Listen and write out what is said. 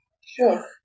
Sure